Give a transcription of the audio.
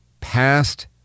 past